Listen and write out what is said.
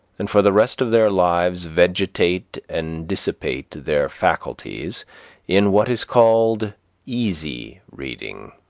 and for the rest of their lives vegetate and dissipate their faculties in what is called easy reading.